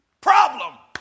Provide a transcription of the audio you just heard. Problem